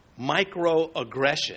Microaggression